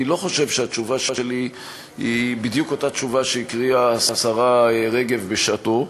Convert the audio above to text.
אני לא חושב שהתשובה שלי היא בדיוק אותה תשובה שהקריאה השרה רגב בשעתה.